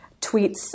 tweets